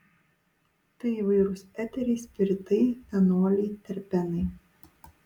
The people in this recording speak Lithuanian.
tai įvairūs eteriai spiritai fenoliai terpenai